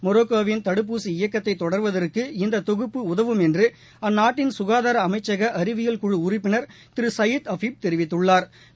மொரோக்கோவின் தடுப்பூசி இயக்கத்தை தொடர்வதற்கு இந்த தொகுப்பு உதவும் என்று அந்நாட்டின் சுகாதார அமைச்சக அறிவியல் குழு உறுப்பினா் திரு சயீத் அஃபீஃப் தெரிவித்தாா்